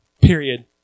Period